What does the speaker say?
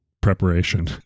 preparation